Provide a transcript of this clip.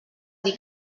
dir